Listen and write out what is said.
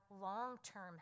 long-term